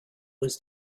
was